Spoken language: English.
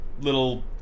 little